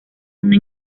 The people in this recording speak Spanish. una